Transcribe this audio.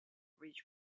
rich